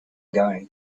going